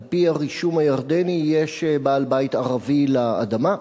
על-פי הרישום הירדני יש בעלים ערבי לאדמה,